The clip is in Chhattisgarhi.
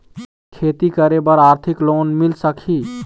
खेती करे बर आरथिक लोन मिल सकही?